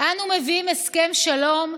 אנו מביאים הסכם שלום,